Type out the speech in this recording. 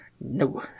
No